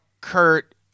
Kurt